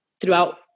throughout